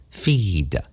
feed